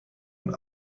und